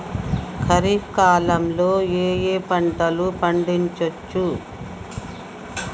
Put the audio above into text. ఖరీఫ్ కాలంలో ఏ ఏ పంటలు పండించచ్చు?